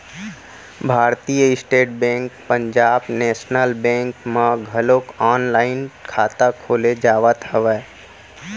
भारतीय state bank Punjab national bank म घलोक ऑनलाईन खाता खोले जावत हवय